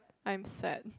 I'm sad